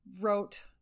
wrote